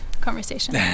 conversation